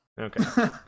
Okay